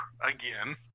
again